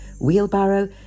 wheelbarrow